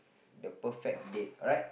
the perfect date right